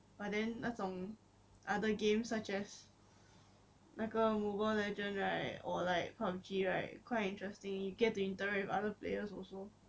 but then 那种 other games such as 那个 mobile legends right or like PUBG right quite interesting you get to interact with other players also